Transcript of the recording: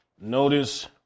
Notice